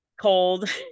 cold